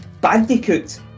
Bandicoot